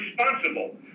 responsible